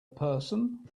person